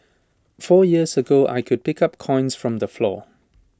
four years ago I could pick up coins from the floor